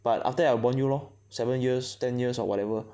but after that I bond you lor seven years ten years or whatever